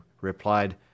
replied